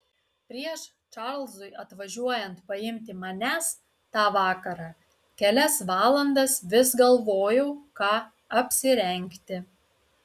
prieš čarlzui atvažiuojant paimti manęs tą vakarą kelias valandas vis galvojau ką apsirengti